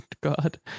God